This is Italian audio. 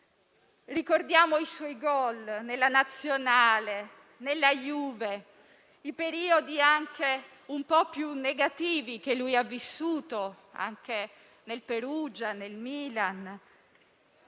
Ricordiamo i suoi gol nella Nazionale, nella Juve, i periodi anche un po' più negativi che ha vissuto nel Perugia e nel Milan.